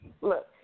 look